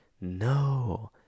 no